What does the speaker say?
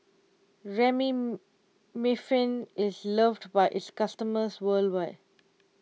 is loved by its customers worldwide